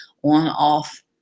one-off